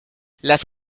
las